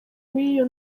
w’iyo